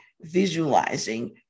visualizing